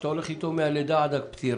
שאתה הולך איתו מהלידה עד הפטירה.